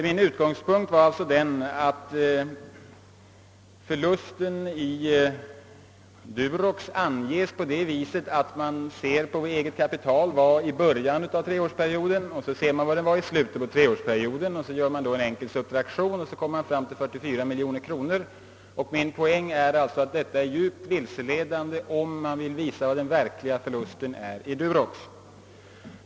Min utgångspunkt var alltså att förlusten i Durox anges på så sätt att man beräknar vad det egna kapitalet i SSAB utgjorde i början av treårsperioden respektive i slutet av treårsperioden och sedan gör man en enkel subtraktion och kommer fram till 44 miljoner kronor. Poängen i min argumentering är att detta är utomordentligt vilseledande, om man vill visa den verkliga förlusten i Durox.